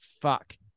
fuck